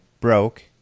broke